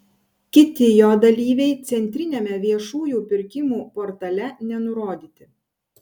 kiti jo dalyviai centriniame viešųjų pirkimų portale nenurodyti